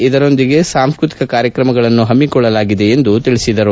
ಇದರೊಂದಿಗೆ ಸಾಂಸ್ವೃತಿಕ ಕಾರ್ಯ ಕ್ರಮಗಳನ್ನು ಹಮ್ಕೊಳ್ಳಲಾಗಿದೆ ಎಂದು ತಿಳಿಸಿದರು